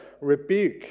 rebuke